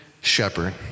shepherd